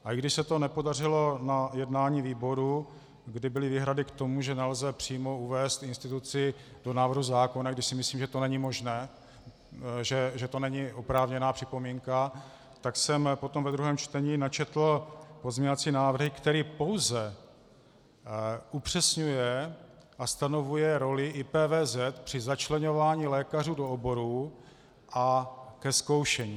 A když se to nepodařilo na jednání výboru, kdy byly výhrady k tomu, že nelze přímo uvést instituci do návrhu zákona, i když si myslím, že to není možné, že to není oprávněná připomínka, tak jsem potom ve druhém čtení načetl pozměňovací návrh, které pouze upřesňuje a stanovuje roli IPVZ při začleňování lékařů do oborů a ke zkoušení.